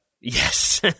Yes